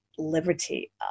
Liberty